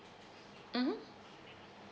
mmhmm